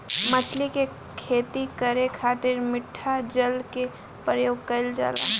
मछली के खेती करे खातिर मिठा जल के प्रयोग कईल जाला